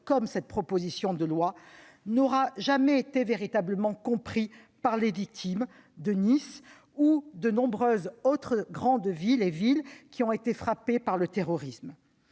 de cette proposition de loi, n'aura jamais été véritablement compris par les victimes de Nice ou de nombreuses autres villes frappées par le terrorisme.